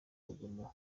rugomo